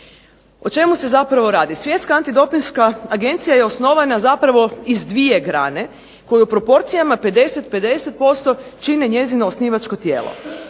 O čemu se zapravo radi? Svjetska antidopinška agencija je osnovana zapravo iz dvije grane koje u proporcijama 50-50% čine njezino osnivačko tijelo.